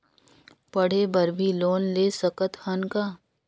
पढ़े बर भी लोन ले सकत हन का?